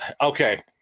Okay